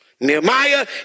Nehemiah